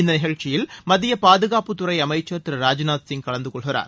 இந்த நிகழ்ச்சியில் மத்திய பாதுகாப்புத்துறை அமைச்சர் திரு ராஜ்நாத் சிங் கலந்துகொள்கிறார்